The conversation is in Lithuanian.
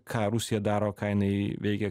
ką rusija daro ką jinai veikia